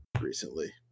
recently